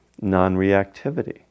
non-reactivity